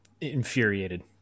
infuriated